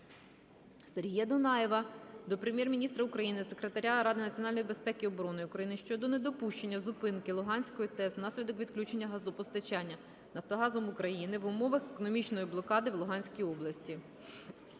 Сергія Дунаєва до Прем'єр-міністра України, Секретаря Ради національної безпеки і оборони України щодо недопущення зупинки Луганської ТЕС внаслідок відключення газопостачання "Нафтогазом України" в умовах економічної блокади в Луганській області.